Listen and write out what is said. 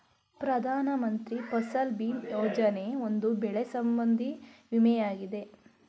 ಪ್ರಧಾನ ಮಂತ್ರಿ ಫಸಲ್ ಭೀಮಾ ಯೋಜನೆ, ಒಂದು ಬೆಳೆ ಸಂಬಂಧಿ ವಿಮೆಯಾಗಿದೆ